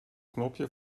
knopje